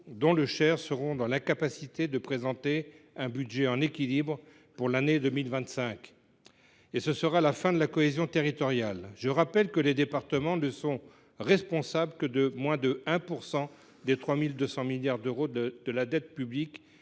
dont le Cher, seront dans l’incapacité de présenter un budget en équilibre pour l’année 2025. Ce sera la fin de la cohésion territoriale ! Je rappelle que la dette des départements ne représente que moins de 1 % des 3 200 milliards d’euros de la dette publique